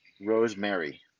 Rosemary